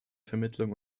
vermittlung